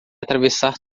atravessar